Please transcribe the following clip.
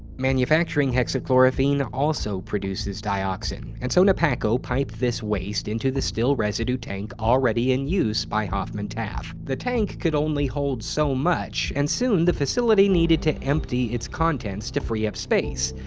manufacturing hexachlorophene also produces dioxin, and so nepacco piped this waste into the still residue tank already in use by hoffman-taff. the tank can only hold so much, and soon the facility needed to empty its contents to free up space.